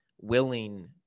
willing